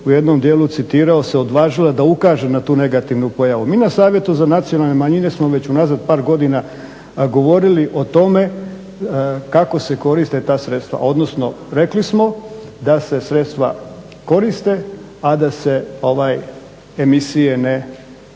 u jednom dijelu citirao se odvažila da ukaže na tu negativnu pojavu. Mi na Savjetu za nacionalne manjine smo već unazad par godina govorili o tome kako se koriste ta sredstva, odnosno rekli smo da se sredstva koriste, a da se emisije ne proizvode.